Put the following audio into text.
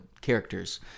Characters